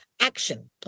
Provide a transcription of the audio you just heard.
action